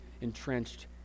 entrenched